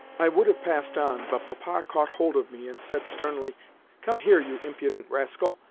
i would have passed on, but papa caught hold of me, and said sternly come here, you impudent rascal.